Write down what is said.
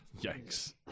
yikes